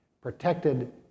protected